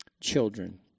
children